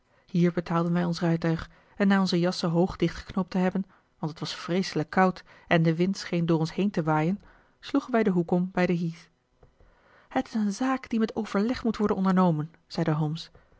hier betaalden wij ons rijtuig en na onze jassen hoog dichtgeknoopt te hebben want het was vreeselijk koud en de wind scheen door ons heen te waaien sloegen wij den hoek om bij de heath het is een zaak die met overleg moet worden ondernomen zeide